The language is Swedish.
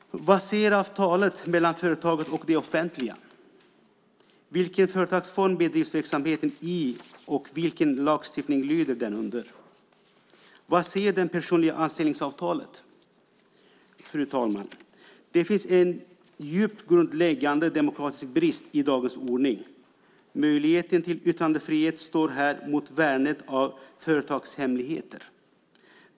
Vad säger avtalet mellan företaget och det offentliga? Vilken företagsform bedrivs verksamheten i och vilken lagstiftning lyder den under? Vad säger det personliga anställningsavtalet? Fru talman! Det finns en djupt grundläggande demokratisk brist i dagens ordning. Möjligheten till yttrandefrihet står här mot värnet av företagshemligheter.